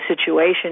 situation